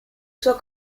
suo